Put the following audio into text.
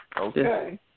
Okay